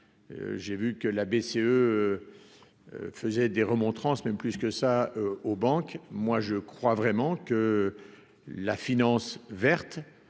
j'ai vu que la BCE faisait des remontrances, même plus que ça aux banques, moi je crois vraiment que la finance verte